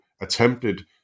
attempted